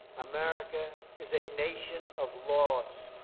america is a nation of laws.